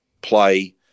play